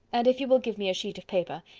and if you will give me a sheet of paper,